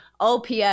OPS